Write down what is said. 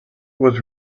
was